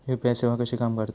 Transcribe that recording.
UPI सेवा कशी काम करता?